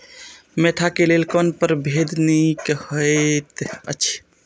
Mentha क लेल कोन परभेद निक होयत अछि?